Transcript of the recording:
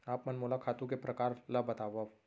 आप मन मोला खातू के प्रकार ल बतावव?